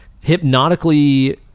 hypnotically